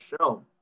show